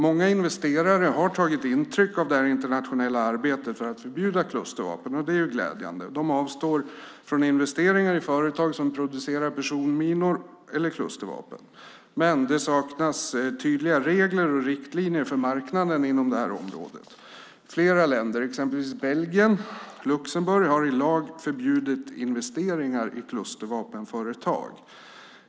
Många investerare har tagit intryck av det internationella arbetet för att förbjuda klustervapen, och det är glädjande. De avstår från investeringar i företag som producerar personminor eller klustervapen. Det saknas dock tydliga regler och riktlinjer för marknaden inom detta område. Flera länder, exempelvis Belgien och Luxemburg, har i lag förbjudit investeringar i klustervapenföretag.